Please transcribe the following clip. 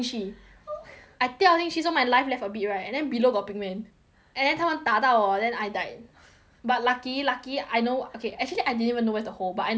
I 掉进去 so my life left a bit right and then below got pig man and then 他们打到我 then I died but lucky lucky I know okay actually I didn't even know where's the hole but I know it's a hole